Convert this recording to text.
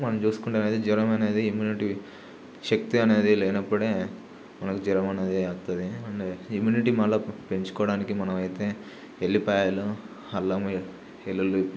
మనం చూసుకున్నట్టు అయితే జ్వరం అనేది ఇమ్యూనిటీ శక్తి అనేది లేనప్పుడే మనకి జ్వరం అనేది వతది మనకి ఇమ్యూనిటీ మళ్ల పెంచుకోవడానికి మనమైతే ఉల్లిపాయలు అల్లము వెల్లుల్లి